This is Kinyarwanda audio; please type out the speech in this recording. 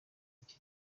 iki